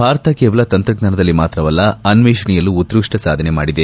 ಭಾರತ ಕೇವಲ ತಂತ್ರಜ್ಞಾನದಲ್ಲಿ ಮಾತ್ರವಲ್ಲ ಅನ್ವೇಷಣೆಯಲ್ಲೂ ಉತ್ತಷ್ಟ ಸಾಧನೆ ಮಾಡಿದೆ